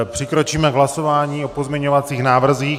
Přikročíme k hlasování o pozměňovacích návrzích.